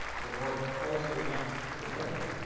were more closely linked to working